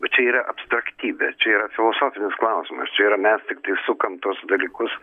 bet čia yra abstraktybė čia yra filosofinis klausimas čia yra mes tik sukam tuos dalykus